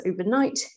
overnight